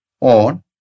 on